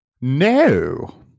no